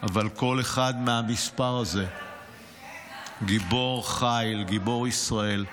אבל כל אחד מהמספר הזה גיבור חיל, גיבור ישראל.